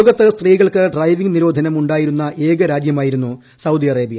ലോകത്ത് സ്ത്രീകൾക്ക് ഡ്രൈവിംഗ് നിരോധനം ഉണ്ടായിരുന്ന ഏക രാജ്യമായിരുന്നു സൌദി അറേബ്യ